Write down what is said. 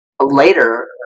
later